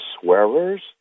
swearers